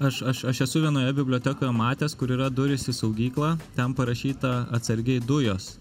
aš aš aš esu vienoje bibliotekoje matęs kur yra durys į saugyklą ten parašyta atsargiai dujos